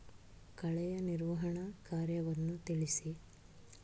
ಕಳೆಯ ನಿರ್ವಹಣಾ ಕಾರ್ಯವನ್ನು ತಿಳಿಸಿ?